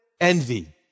envy